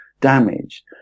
damaged